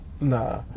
Nah